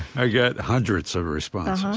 i got hundreds of responses.